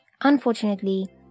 Unfortunately